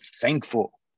thankful